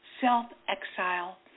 self-exile